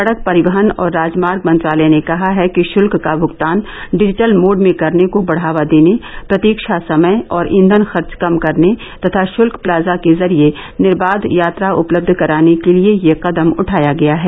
सड़क परिवहन और राजमार्ग मंत्रालय ने कहा है कि शुल्क का भृगतान डिजिटल मोड में करने को बढावा देने प्रतीक्षा समय और ईंधन खर्च कम करने तथा शुल्क प्लाजा के जरिये निर्बाघ यात्रा उपलब्ध कराने के लिए यह कदम उठाया गया है